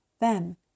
Then